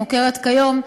המוכרת כיום,